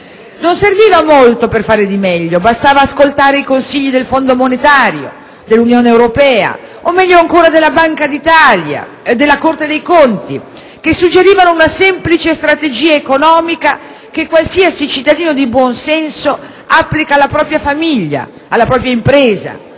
Non serviva molto, bastava ascoltare i consigli del Fondo monetario, dell'Unione Europea o meglio ancora della Banca d'Italia e della Corte dei conti, che suggerivano una semplice strategia economica che qualsiasi cittadino di buon senso applica alla propria famiglia, nella propria impresa: